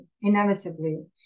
inevitably